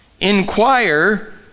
inquire